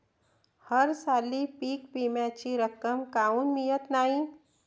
हरसाली पीक विम्याची रक्कम काऊन मियत नाई?